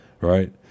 right